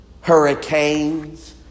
hurricanes